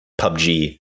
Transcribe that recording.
pubg